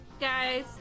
Guys